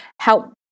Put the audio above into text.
help